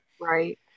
Right